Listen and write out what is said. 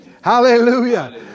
Hallelujah